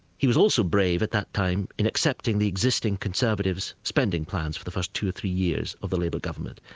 he was also brave at that time in accepting the existing conservatives' spending plans for the first two or three years of the labour government.